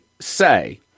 say